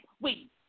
Wait